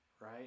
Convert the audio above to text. right